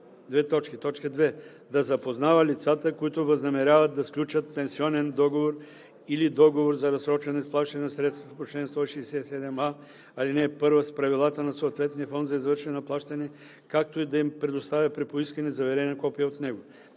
нова т. 2: „2. да запознава лицата, които възнамеряват да сключат пенсионен договор или договор за разсрочено изплащане на средства по чл. 167а, ал. 1 с правилата на съответния фонд за извършване на плащания, както и да им предоставя при поискване заверено копие от него;“